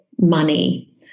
money